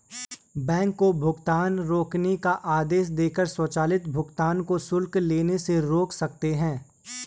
bank को भुगतान रोकने का आदेश देकर स्वचालित भुगतान को शुल्क लेने से रोक सकते हैं